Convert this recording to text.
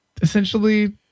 essentially